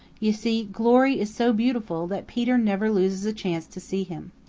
you see glory is so beautiful that peter never loses a chance to see him.